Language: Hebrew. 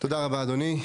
תודה רבה אדוני.